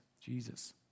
Jesus